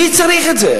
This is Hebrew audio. מי צריך את זה?